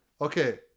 Okay